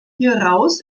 hieraus